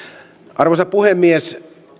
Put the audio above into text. arvoisa puhemies